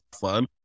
fun